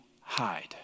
hide